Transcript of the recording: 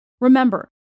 Remember